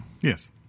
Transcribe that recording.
Yes